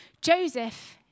Joseph